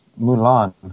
Mulan